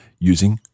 using «